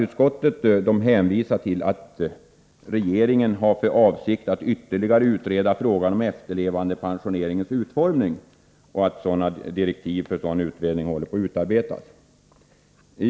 Utskottet hänvisar till att regeringen har för avsikt att ytterligare utreda frågan om efterlevandepensioneringens utformning och att direktiv för en sådan utredning håller på att utarbetas.